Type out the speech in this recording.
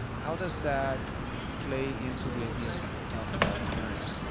how does that play into the ideas that you talked about tonight?